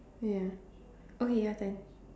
ya okay your turn